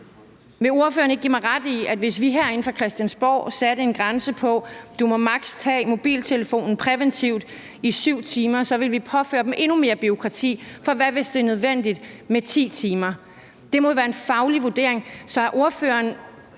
Vil ordføreren ikke give mig ret i, at hvis vi herinde fra Christiansborg satte en grænse på, at du maks. må tage mobiltelefonen præventivt i 7 timer, ville vi påføre dem endnu mere bureaukrati, for hvad nu, hvis det er nødvendigt med 10 timer? Det må være en faglig vurdering. Så er ordførerens